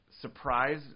surprise